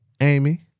Amy